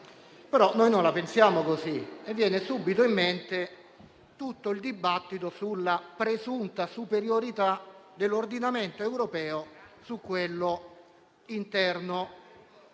noi non la pensiamo così e viene subito in mente tutto il dibattito sulla presunta superiorità dell'ordinamento europeo su quello interno.